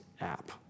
app